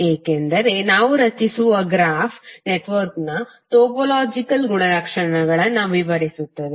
ಏಕೆಂದರೆ ನಾವು ರಚಿಸುತ್ತಿರುವ ಗ್ರಾಫ್ ನೆಟ್ವರ್ಕ್ನ ಟೊಪೊಲಾಜಿಕಲ್ ಗುಣಲಕ್ಷಣಗಳನ್ನು ವಿವರಿಸುತ್ತದೆ